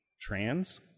trans